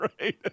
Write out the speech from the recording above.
right